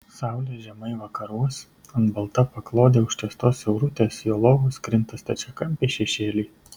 saulė žemai vakaruose ant balta paklode užtiestos siaurutės jo lovos krinta stačiakampiai šešėliai